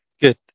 Good